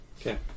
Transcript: Okay